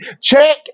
check